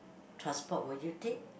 transport will you take